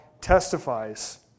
testifies